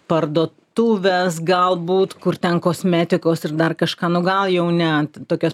parduotuves galbūt kur ten kosmetikos ir dar kažką nu gal jau ne ten tokios